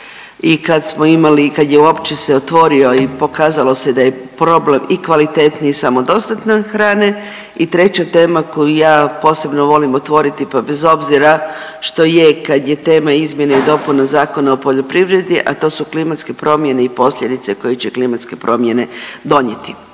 i kad je uopće se otvorio i pokazalo se da je problem i kvalitetnije i samodostatne hrane. I treća tema koju ja posebno volim otvoriti pa bez obzira što je kad je tema izmjena i dopuna Zakona o poljoprivredi, a to su klimatske promjene i posljedice koje će klimatske promjene donijeti.